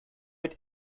mit